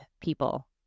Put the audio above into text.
people